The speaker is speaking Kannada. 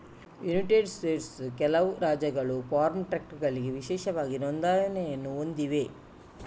ಯುನೈಟೆಡ್ ಸ್ಟೇಟ್ಸ್ನ ಕೆಲವು ರಾಜ್ಯಗಳು ಫಾರ್ಮ್ ಟ್ರಕ್ಗಳಿಗೆ ವಿಶೇಷ ನೋಂದಣಿಯನ್ನು ಹೊಂದಿವೆ